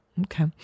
okay